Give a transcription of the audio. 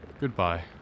Goodbye